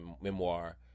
memoir